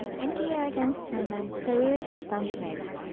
and kiartan summoned thorir stumpleg,